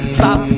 stop